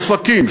אופקים,